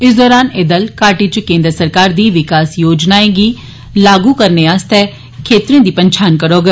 इस दौरान एह दल घाटी च केन्द्र सरकार दी विकास योजनाएं गी लागू करने आस्तै क्षेत्रें दी पंछान करौग